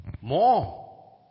more